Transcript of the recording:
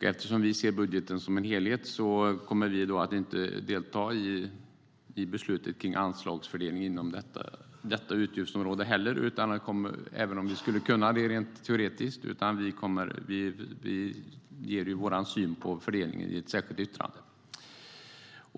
Eftersom vi ser budgeten som en helhet kommer vi inte att delta i beslutet om anslagsfördelning inom detta utgiftsområde, även om vi skulle kunna göra det rent teoretiskt. Vi ger vår syn på fördelningen i ett särskilt yttrande.